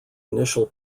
initial